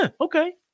okay